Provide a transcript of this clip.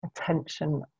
attention